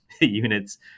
units